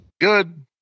Good